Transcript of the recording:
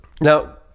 Now